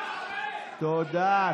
תודה.